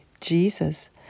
Jesus